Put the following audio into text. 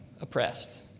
oppressed